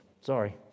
Sorry